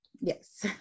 yes